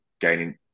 gaining